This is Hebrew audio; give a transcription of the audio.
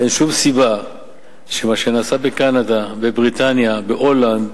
אין שום סיבה שמה שנעשה בקנדה, בבריטניה, בהולנד,